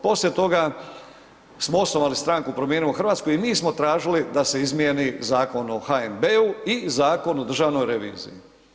Poslije toga smo osnovali stranku Promijenimo Hrvatsku i mi smo tražili da se izmijeni Zakon o HNB-u i Zakon o državnoj revizijij.